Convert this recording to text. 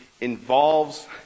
involves